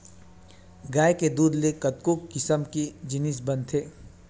गाय के दूद ले कतको किसम के जिनिस बनथे